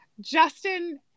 Justin